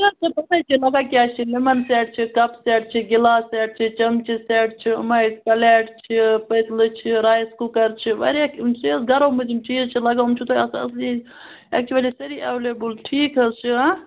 lemon set چھِ cup set چھِ glass set چھِ چمچہٕ سیٚٹ چھُ یِمٕے پلیٹ چھُ پٔتلہٕ چھِ رایس کُکر چھِ واریاہ یِم چیٖز گرو منٛز یِم چیٖز چھِ لگان یِم چھِو تۄہہِ آسان اصلی ایکچُولی سٲری اویلِبُل ٹھیٖک حَظ چھُ ہاں